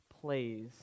plays